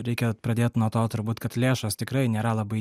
reikia pradėt nuo to turbūt kad lėšos tikrai nėra labai